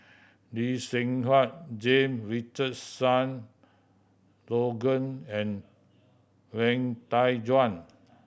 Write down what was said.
Lee Seng Huat James Richardson Logan and Wang Dayuan